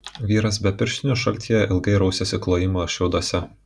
vyras be pirštinių šaltyje ilgai rausėsi klojimo šiauduose